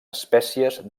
espècies